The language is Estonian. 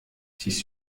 siis